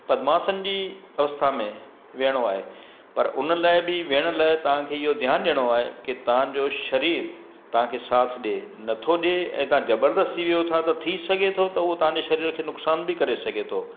पद्ममासन जी अवस्था में विहिणो आहे पर हुन लाइ बि विहण लाइ तव्हांखे इहो ध्यानु ॾियणो आहे कि तव्हांजो सरीरु तव्हांखे साथु ॾिए नथो ॾिए ऐं तव्हां ज़बरदस्ती विहो था त थी सघे थो त उहो तव्हांजे सरीर खे नुक़सानु बि करे सघे थो